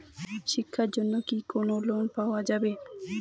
শিক্ষার জন্যে কি কোনো লোন পাওয়া যাবে?